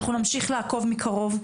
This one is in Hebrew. אנחנו נמשיך לעקוב מקרוב,